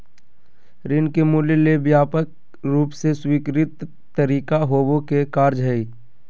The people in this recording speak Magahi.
ऋण के मूल्य ले व्यापक रूप से स्वीकृत तरीका होबो के कार्य हइ